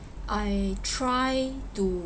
I try to